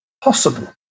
possible